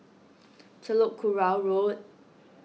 Telok Kurau Road